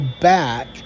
back